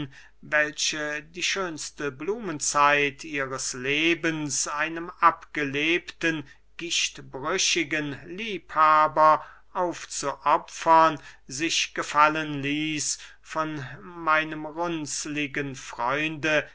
welche die schönste blumenzeit ihres lebens einem abgelebten gichtbrüchigen liebhaber aufzuopfern sich gefallen ließ von meinem runzligen freunde